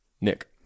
Nick